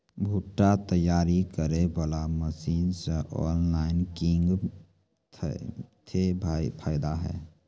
भुट्टा तैयारी करें बाला मसीन मे ऑनलाइन किंग थे फायदा हे?